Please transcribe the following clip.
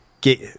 get